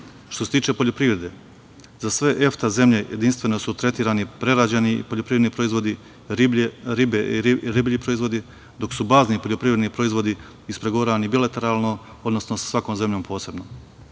se tiče poljoprivrede, za sve EFTA zemlje jedinstveno su tretirani prerađeni poljoprivredni proizvodi, riblji proizvodi, dok su bazni poljoprivredni proizvodi ispregovarani bilateralno, odnosno sa svakom zemljom posebno.